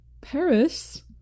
Paris